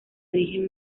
origen